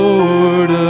Lord